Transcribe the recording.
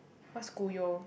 what's kuyo